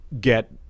get